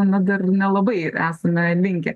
na dar nelabai esame linkę